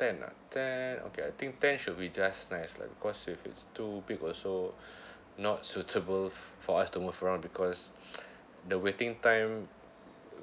ten ah ten okay I think ten should be just nice lah because if it's too big also not suitable for us to move around because the waiting time